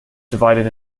divided